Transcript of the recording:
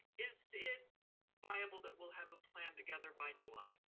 is it viable that we'll have a plan together by july?